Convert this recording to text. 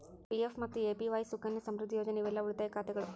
PPF ಮತ್ತ APY Sukanya Samriddhi Yojana ಇವೆಲ್ಲಾ ಉಳಿತಾಯ ಖಾತೆಗಳ